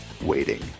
waiting